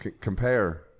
compare